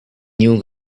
new